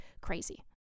crazy